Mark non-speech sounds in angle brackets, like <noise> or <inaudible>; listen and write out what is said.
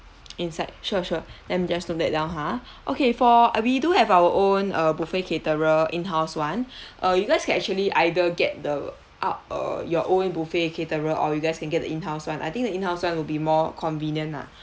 inside sure sure let me just note that down ha <breath> okay for ah we do have our own uh buffet caterer in house [one] <breath> uh you guys can actually either get the out err your own buffet caterer or you guys can get the in house [one] I think the in house [one] will be more convenient lah